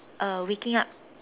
uh waking up